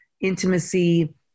intimacy